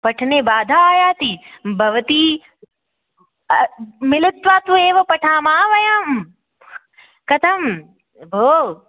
पठने बाधा आयाति भवती मिलित्वा तु एव पठामः वयं कथं भोः